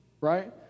right